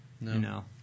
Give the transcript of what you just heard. No